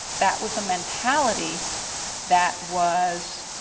that was a mentality that was,